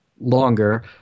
longer